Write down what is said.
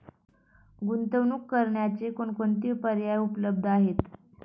गुंतवणूक करण्याचे कोणकोणते पर्याय उपलब्ध आहेत?